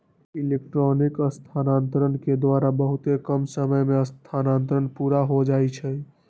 electronic स्थानान्तरण के द्वारा बहुते कम समय में स्थानान्तरण पुरा हो जाइ छइ